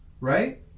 right